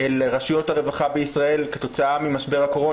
לרשויות הרווחה בישראל כתוצאה ממשבר הקורונה.